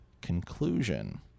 conclusion